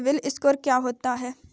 CIBIL score क्या होता है?